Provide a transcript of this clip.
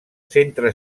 centre